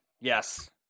Yes